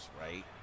right